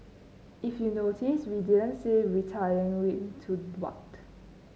if you notice we didn't say retiring to what